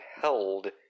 held